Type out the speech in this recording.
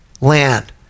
land